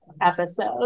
episode